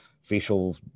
facial